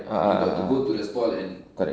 a'ah a'ah correct